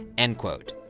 end quote.